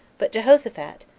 but jehoshaphat,